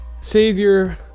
savior